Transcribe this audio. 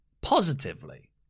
positively